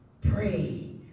Pray